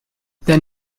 then